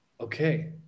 okay